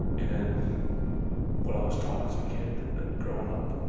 and then what i was taught as a kid growing up,